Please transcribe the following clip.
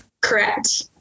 correct